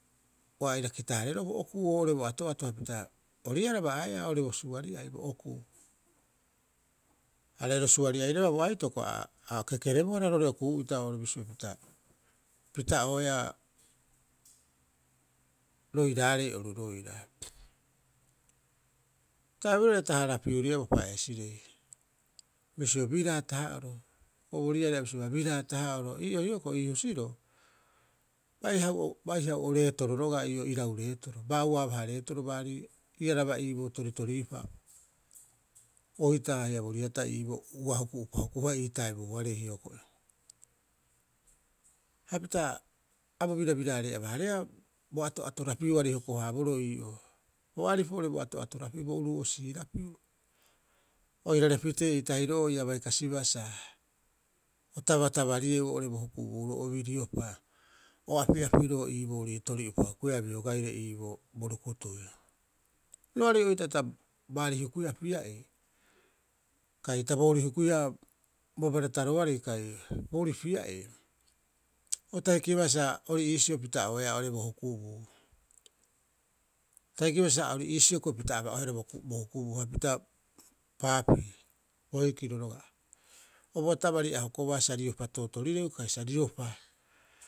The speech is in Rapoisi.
Ua aira kita- hareeroo bo okuu oo'ore bo ato'ato hapita ori ii'aa araba'aeaa bo suari'ai bo okuu. Are ro suari'aireba bo aitoko a kekerebohara roo'ore okuu'ita oo'ore bisio pita'oea roiraarei oru roira. Bo taiburori aarei taharapiriia bo pa'eesire, bisio biraa taha'oro, hioko'i bo riari a bisiobaa, bira tahaoro. Ii'oo hioko'i ii husiroo bai hau'o bai hau'o reetoro rogaa ii'oo irau reetoro. Bauaabaha reetoro baari iaraba iiboo toritriiupa, oitaa haia bo riatai iiboo ua huku'upa hukuhua ii taibuoarei hioko'i. Hapita bo birabirarei aba- hareea, a bo ato'atorapiuarei hoko- haaboroo ii'oo. Bo aripu oo'ore bo ato'atorapiu bo uruu'osorapiu oirare pitee ei tahiro'ooia bai kasiba sa o tabatabarieu oo'ore bo hukubuuro'obi riopa o api'apiroo ii boorii tori'uropa hukuia biogaire iiboo bo rukutui. Roari oitaa ta baari hukuia pia'ii kai ta boorii hukuia bo barataroarei kai boorii pia'ii. O ta hikibaa sa ori iisio pita'oeaa oo'ore bo hukubuu. Ta hikiba sa ori iisio hioko'i pita aba'oehara bo hukubuu, hapita paapii, boikiro roga'a. O botabari a hokobaa sa riopa tootorireu kai sa riopa.